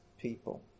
people